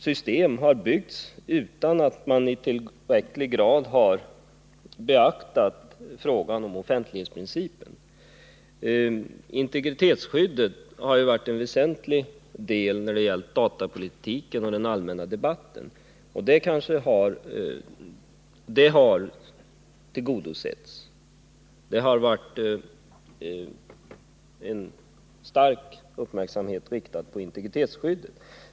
Systemet har byggts upp utan att man i tillräcklig grad har beaktat frågan om offentlighetsprincipen. Integritetsskyddet har varit en väsentlig del när det gällt datapolitiken och den allmänna debatten, och det har tillgodosetts. Det har riktats en stark uppmärksamhet mot integritetsskyddet.